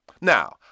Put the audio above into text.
Now